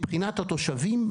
מבחינת התושבים,